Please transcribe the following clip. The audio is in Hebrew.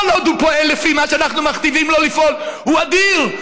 כל עוד הוא פועל לפי מה שאנחנו מכתיבים לו לפעול הוא אדיר,